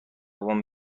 بابام